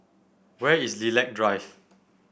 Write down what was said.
where is Lilac Drive